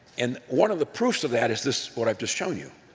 and one of the proofs of that is this, what i've just shown you.